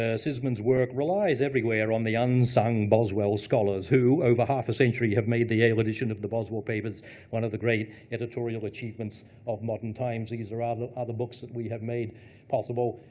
ah says man's work relies everywhere on the unsung boswell scholars who, over half a century, have made the yale edition of the boswell papers one of the great editorial achievements of modern times. these are ah other books that we have made possible.